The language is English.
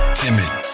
timid